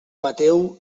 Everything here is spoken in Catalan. mateu